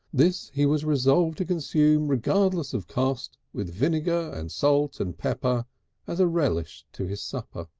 this he was resolved to consume regardless of cost with vinegar and salt and pepper as a relish to his supper.